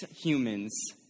humans